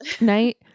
night